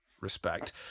respect